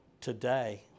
today